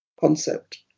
concept